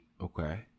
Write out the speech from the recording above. Okay